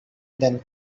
then